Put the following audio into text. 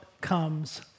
comes